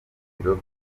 biro